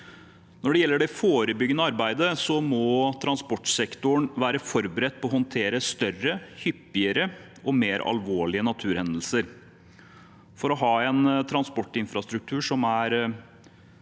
Når det gjelder det forebyggende arbeidet, må transportsektoren være forberedt på å håndtere større, hyppigere og mer alvorlige naturhendelser. For å ha en transportinfrastruktur som er